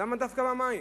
למה דווקא המים?